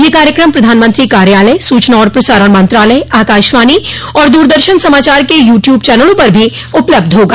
यह कार्यक्रम प्रधानमंत्री कार्यालय सूचना और प्रसारण मंत्रालय आकाशवाणी और दूरदर्शन समाचार के यू ट्यूब चनलों पर भी उपलब्ध होगा